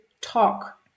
talk